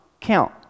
count